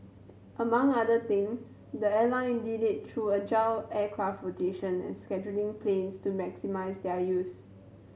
among other things the airline did it through agile aircraft rotation and scheduling planes to maximise their use